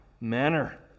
manner